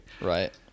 Right